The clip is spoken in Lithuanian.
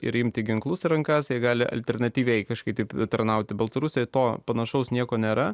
ir imti ginklus rankas gali alternatyviai kažkaip tarnauti baltarusijoje to panašaus nieko nėra